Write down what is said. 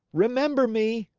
remember me.